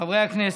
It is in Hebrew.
חברי הכנסת,